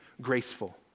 graceful